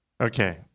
Okay